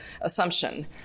assumption